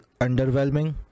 underwhelming